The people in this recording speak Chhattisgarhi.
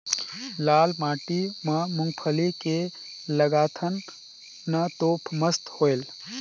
लाल माटी म मुंगफली के लगाथन न तो मस्त होयल?